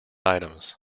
items